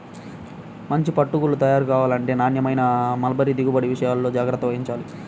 మంచి పట్టు గూళ్ళు తయారు కావాలంటే నాణ్యమైన మల్బరీ దిగుబడి విషయాల్లో జాగ్రత్త వహించాలి